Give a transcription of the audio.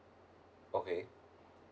okay